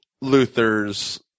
Luther's